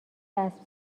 اسب